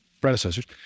predecessors